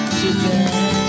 Today